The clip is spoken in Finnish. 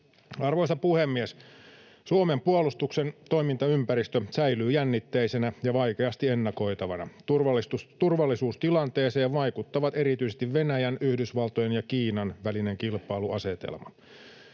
Arvoisa puhemies! Suomen puolustuksen toimintaympäristö säilyy jännitteisenä ja vaikeasti ennakoitavana. Turvallisuustilanteeseen vaikuttavat erityisesti Venäjän, Yhdysvaltojen ja Kiinan välinen kilpailuasetelma.